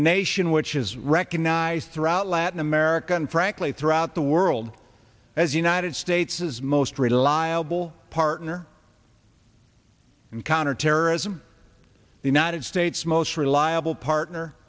a nation which is recognized throughout latin america and frankly throughout the world as united states is most reliable partner in counterterrorism the united states most reliable partner